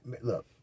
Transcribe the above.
Look